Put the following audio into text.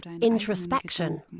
introspection